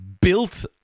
built